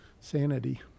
sanity